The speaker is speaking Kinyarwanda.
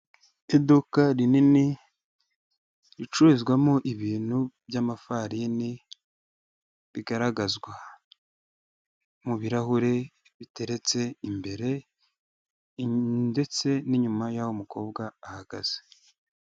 Iduka rinini ricururizwamo ibintu by'amafarini bigaragazwa mu birahure biteretse imbere ndetse n'inyuma y'aho umukobwa ahagaze.